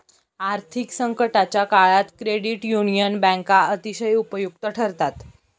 आर्थिक संकटाच्या काळात क्रेडिट युनियन बँका अतिशय उपयुक्त ठरतात